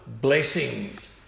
blessings